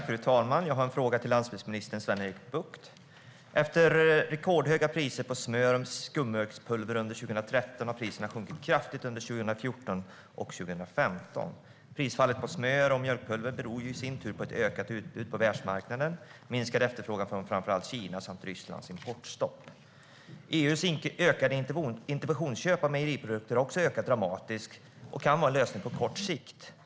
Fru talman! Jag har en fråga till landsbygdsminister Sven-Erik Bucht. Efter att priserna på smör och skummjölkspulver var rekordhöga under 2013 sjönk priserna kraftigt under 2014 och 2015. Prisfallet på smör och mjölkpulver beror på ett ökat utbud på världsmarknaden, minskad efterfrågan från framför allt Kina samt Rysslands importstopp. EU:s ökade interventionsköp av mejeriprodukter har också ökat dramatiskt och kan vara en lösning på kort sikt.